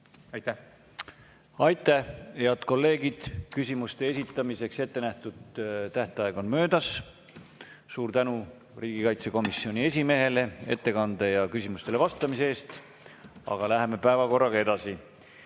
Aitäh! Head kolleegid! Küsimuste esitamiseks ette nähtud aeg on möödas. Suur tänu riigikaitsekomisjoni esimehele ettekande ja küsimustele vastamise eest! Aga läheme päevakorraga edasi.